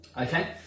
Okay